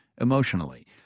emotionally